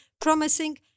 promising